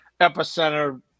epicenter